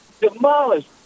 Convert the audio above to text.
demolished